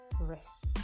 rest